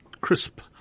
Crisp